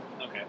Okay